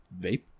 Vape